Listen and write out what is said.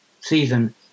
season